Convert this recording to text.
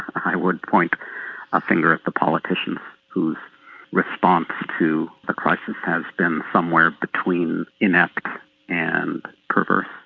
i would point a finger at the politicians whose response to the crisis has been somewhere between inept and perverse.